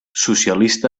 socialista